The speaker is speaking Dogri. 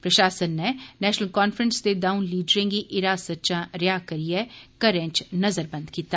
प्रशासन नै नैशनल कांफ्रैंस दे द'ऊं लीडरें गी हिरासत चा रिहा करियै घरें च नज़रबंद कीता